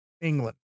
England